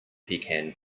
pecan